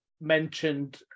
mentioned